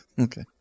okay